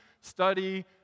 study